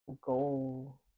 goal